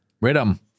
Rhythm